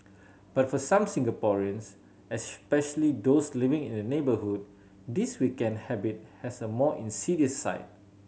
but for some Singaporeans especially those living in the neighbourhood this weekend habit has a more insidious side